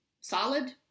solid